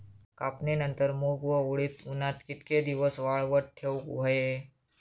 कापणीनंतर मूग व उडीद उन्हात कितके दिवस वाळवत ठेवूक व्हये?